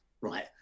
right